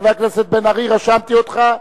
חבר הכנסת בן-ארי, רשמתי אותך.